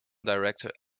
director